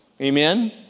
amen